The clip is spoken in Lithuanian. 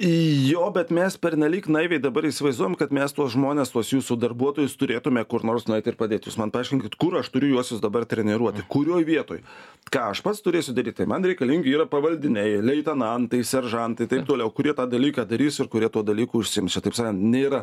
jo bet mes pernelyg naiviai dabar įsivaizduojam kad mes tuos žmones tuos jūsų darbuotojus turėtume kur nors nueit ir padėt jūs man paaiškinkit kur aš turiu juosiuos dabar treniruoti kurioj vietoj ką aš pats turėsiu daryt tai man reikalingi yra pavaldiniai leitenantai seržantai taip toliau kurie tą dalyką darys ir kurie tuo dalyku užsiims čia taip sakant nėra